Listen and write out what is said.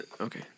okay